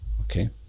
okay